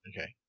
Okay